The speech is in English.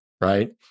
right